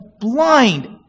blind